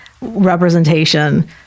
representation